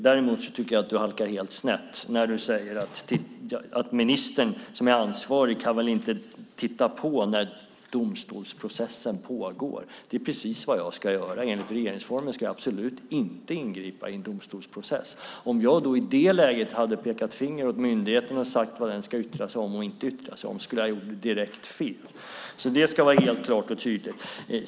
Däremot tycker jag att Mats Pertoft halkar helt snett när han säger att ministern som är ansvarig väl inte kan titta på när domstolsprocessen pågår. Det är precis vad jag ska göra. Enligt regeringsformen ska jag absolut inte ingripa i en domstolsprocess. Om jag i det läget hade pekat finger åt myndigheten och sagt vad den ska yttra sig om och inte yttra sig om skulle jag ha gjort direkt fel. Det ska vara helt klart och tydligt.